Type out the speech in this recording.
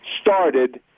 started